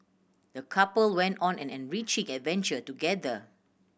the couple went on an enriching adventure together